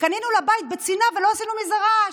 שקנינו לבית בצנעה ולא עשינו מזה רעש,